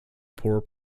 poor